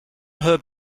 her